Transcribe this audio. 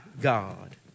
God